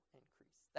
increase